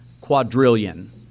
quadrillion